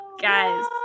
Guys